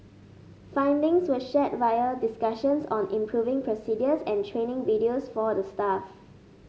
findings were shared via discussions on improving procedures and training videos for the staff